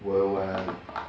will [one]